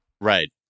Right